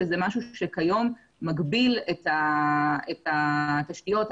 שכיום מגביל את התשתיות.